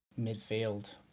midfield